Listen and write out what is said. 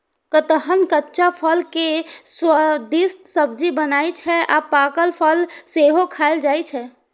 कटहलक कच्चा फल के स्वादिष्ट सब्जी बनै छै आ पाकल फल सेहो खायल जाइ छै